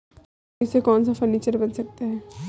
इस लकड़ी से कौन सा फर्नीचर बन सकता है?